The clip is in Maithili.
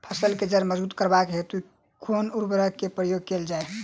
फसल केँ जड़ मजबूत करबाक हेतु कुन उर्वरक केँ प्रयोग कैल जाय?